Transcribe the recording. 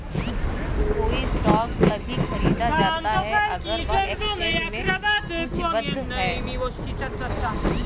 कोई स्टॉक तभी खरीदा जाता है अगर वह एक्सचेंज में सूचीबद्ध है